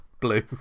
blue